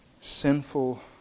sinful